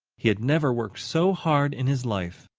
he had never worked so hard in his life.